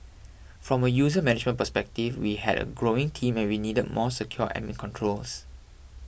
from a user management perspective we had a growing team and we needed more secure admin controls